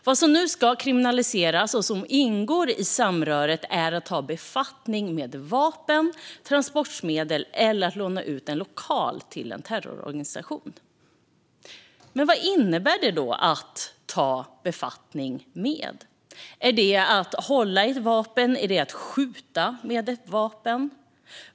Vad som nu ska kriminaliseras och som ingår i samröret är att ta befattning med vapen, transportmedel eller att låna ut en lokal till en terrororganisation. Vad innebär det då "att ta befattning med"? Är det att hålla i ett vapen? Är det att skjuta med ett vapen?